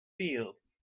fields